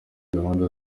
gahunda